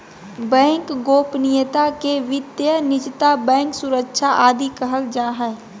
bank गोपनीयता के वित्तीय निजता, बैंक सुरक्षा आदि कहल जा हइ